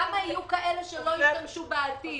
כמה יהיו כאלה שישתמשו בעתיד?